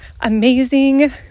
amazing